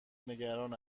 نگران